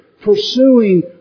pursuing